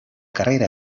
carrera